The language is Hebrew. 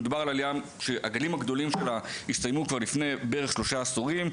מדובר על עלייה שהגלים הגדולים שלה הסתיימו כבר לפני בערך שלושה עשורים,